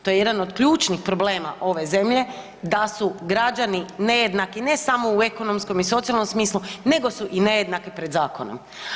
To je jedan od ključnih problema ove zemlje da su građani nejednaki ne samo u ekonomskom i socijalnom smislu nego su i nejednaki pred zakonom.